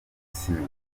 sinema